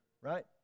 right